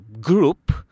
group